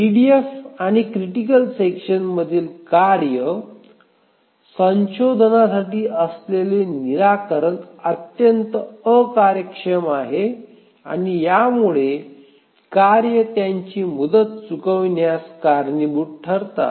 EDF आणि critical sections मधील कार्य संसाधनांसाठी असलेले निराकरण अत्यंत अकार्यक्षम आहे आणि यामुळे कार्य त्यांची मुदत चुकवण्यास कारणीभूत ठरतात